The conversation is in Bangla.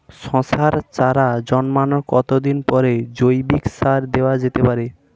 শশার চারা জন্মানোর কতদিন পরে জৈবিক সার দেওয়া যেতে পারে?